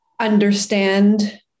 understand